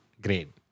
grade